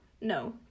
no